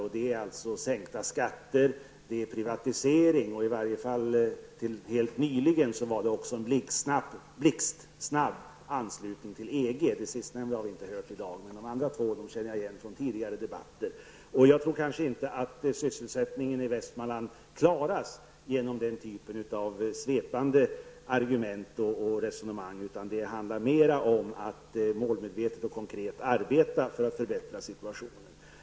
Lösningarna är sänkta skatter, privatisering och i varje fall till helt nyligen en blixtsnabb anslutning till EG. Det sistnämnda har vi inte hört något om i dag. Men de andra lösningarna känner jag igen från tidigare debatter. Jag tror inte att sysselsättningen i Västmanland klaras med hjälp av den typen av svepande argument och resonemang. Det handlar mera om att målmedvetet och konkret arbeta för att förbättra situationen.